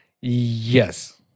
Yes